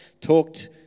talked